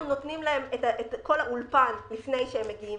נותנים להם את כל האולפן לפני שהם מגיעים,